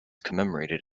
commemorated